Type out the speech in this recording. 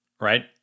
right